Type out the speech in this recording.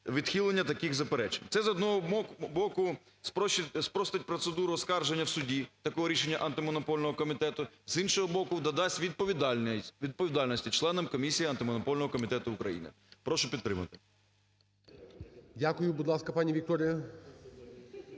Дякую. Будь ласка, пані Вікторія.